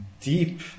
Deep